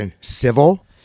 civil